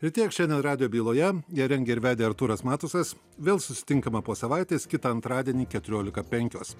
ir tiek šiandien radijo byloje ją rengė ir vedė artūras matusas vėl susitinkame po savaitės kitą antradienį keturiolika penkios